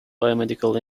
biomedical